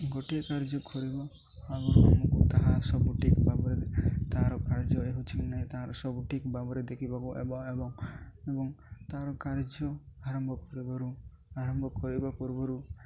ଗୋଟିଏ କାର୍ଯ୍ୟ କରିବା ଆଗୁରୁ ଆମକୁ ତାହା ସବୁ ଠିକ୍ ଭାବରେ ତା'ର କାର୍ଯ୍ୟ ହେଉଛି କି ନାହିଁ ତା'ର ସବୁ ଠିକ୍ ଭାବରେ ଦେଖିବାକୁ ଏବଂ ଏବଂ ତା'ର କାର୍ଯ୍ୟ ଆରମ୍ଭ କରିବାରୁ ଆରମ୍ଭ କରିବା ପୂର୍ବରୁ